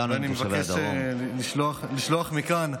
אני מבקש לשלוח מכאן,